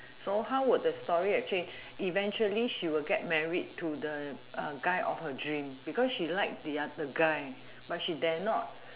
so how would the story have changed eventually she will get married to the uh guy of her dream because she like the other guy but she dare not